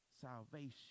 salvation